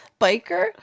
Biker